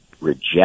reject